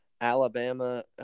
Alabama